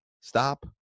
stop